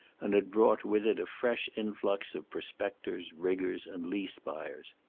and had brought with it a fresh influx of prospectors, riggers, and lease buyers.